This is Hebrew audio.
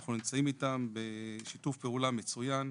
שאנחנו נמצאים איתם בשיתוף פעולה מצוין,